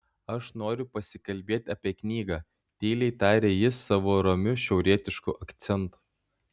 aš noriu pasikalbėti apie knygą tyliai taria jis savo ramiu šiaurietišku akcentu